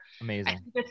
Amazing